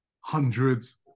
hundreds